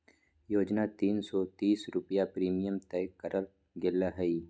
योजना तीन सो तीस रुपये प्रीमियम तय करल गेले हइ